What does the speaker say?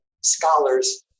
scholars